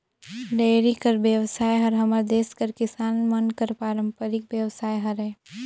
dairy कर बेवसाय हर हमर देस कर किसान मन कर पारंपरिक बेवसाय हरय